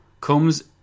comes